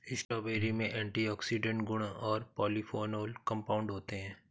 strawberry में antioxidant गुण और पॉलीफेनोल कंपाउंड होते हैं